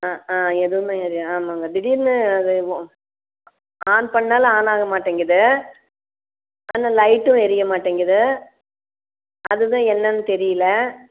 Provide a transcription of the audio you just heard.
ஆ எதுவுமே ஏரியல ஆமாங்க திடீர்ன்னு ஆன் பண்ணிணாலும் ஆன் ஆக மாட்டேங்கிது அந்த லைட்டும் எரிய மாட்டேங்கிது அது தான் என்னென்னு தெரியல